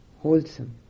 wholesome